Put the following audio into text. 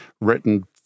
written